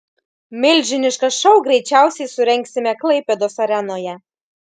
milžinišką šou greičiausiai surengsime klaipėdos arenoje